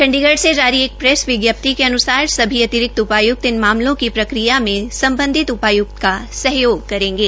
चंडीगढ़ में जारी एक प्रेस विजप्ति के अनुसर सभी अतिरिक्त उपायुक्त इन मामलों की प्रक्रिया से सम्बधित उपायुक्त का सहयोग करेंगे